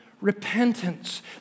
repentance